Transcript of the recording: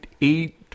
eight